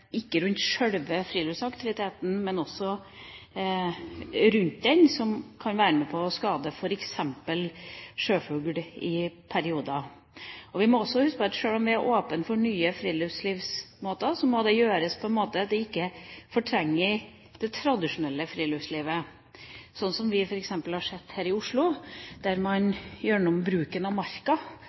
ikke bare med sjølve friluftsaktiviteten, men også rundt den, noe som kan være med på å skade f.eks. sjøfugl i perioder. Vi må også huske på at sjøl om vi er åpne for nye friluftslivsmåter, må det gjøres på en slik måte at det ikke fortrenger det tradisjonelle friluftslivet, sånn som vi f.eks. har sett her i Oslo, der man gjør om bruken av Marka.